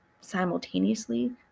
simultaneously